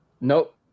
Nope